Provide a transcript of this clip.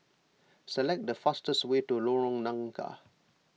select the fastest way to Lorong Nangka